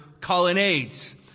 colonnades